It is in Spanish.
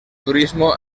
turismo